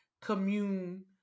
commune